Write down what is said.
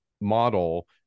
model